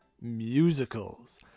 musicals